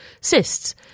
cysts